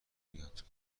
میاد